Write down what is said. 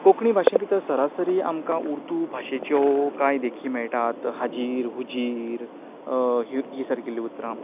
कोंकणी भाशे भितर सरासरी आमकां उर्दू भाशेच्यो कांय देखी मेळटात हाजीर हुजीर हे सारकिल्लीं उतरां